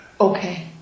Okay